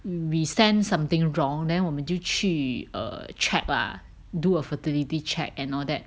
we sense something wrong then 我们就去 err check ah do a fertility check and all that